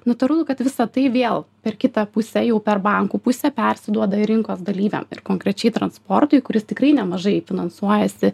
natūralu kad visa tai vėl per kitą pusę jau per bankų pusę persiduoda rinkos dalyviam ir konkrečiai transportui kuris tikrai nemažai finansuojasi